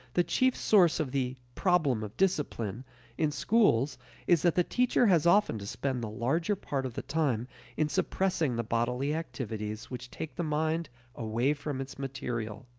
the chief source of the problem of discipline in schools is that the teacher has often to spend the larger part of the time in suppressing the bodily activities which take the mind away from its material.